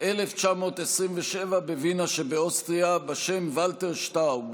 1927 בווינה שבאוסטריה בשם ולטר שטאוב,